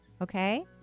Okay